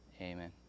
amen